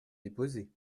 déposé